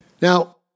Now